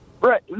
Right